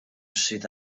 sydd